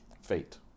fate